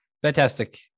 Fantastic